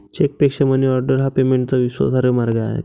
चेकपेक्षा मनीऑर्डर हा पेमेंटचा विश्वासार्ह मार्ग आहे